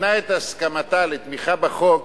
מתנה את הסכמתה לתמיכה בחוק